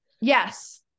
Yes